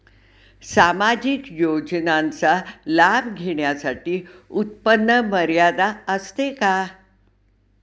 सामाजिक योजनांचा लाभ घेण्यासाठी उत्पन्न मर्यादा असते का?